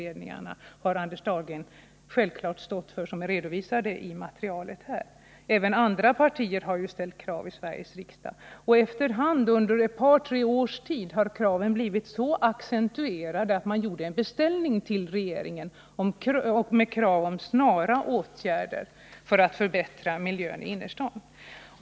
De utredningar som nu redovisats har Anders Dahlgren givetvis stått för, men även andra partier än Anders Dahlgrens har ju ställt krav i Sveriges riksdag. Efter hand, under ett par tre års tid, har kraven blivit så accentuerade att riksdagen gjorde en beställning till regeringen om snara åtgärder för att förbättra miljön i innerstaden.